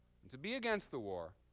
and to be against the war,